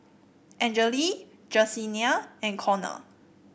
Angele Jesenia and Connor